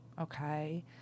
Okay